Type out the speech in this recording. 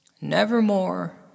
nevermore